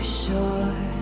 sure